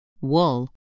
Wool